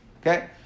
Okay